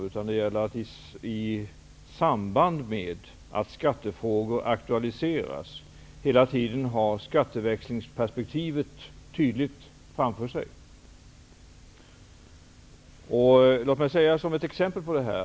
I stället gäller det i samband med att skattefrågor aktualiseras att hela tiden ha skatteväxlingsperspektivet tydligt framför sig.